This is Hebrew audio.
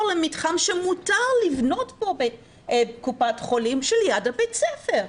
למתחם שמותר לבנות בו קופת חולים שליד הבית ספר?